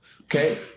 Okay